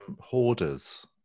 Hoarders